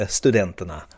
studenterna